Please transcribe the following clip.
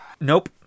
Nope